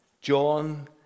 John